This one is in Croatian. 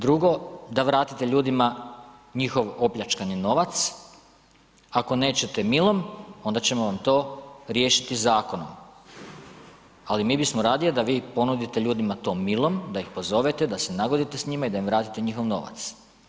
Drugo, da vratite ljudima njihov opljačkani novac, ako nećete milom, onda ćemo vam to riješiti zakonom, ali mi bismo radije da vi ponudite ljudima to milom, da ih pozovete, da se nagodite s njima i da im vratite njihov novac.